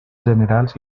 generals